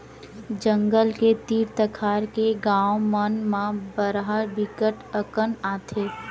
जंगल के तीर तखार के गाँव मन म बरहा बिकट अकन आथे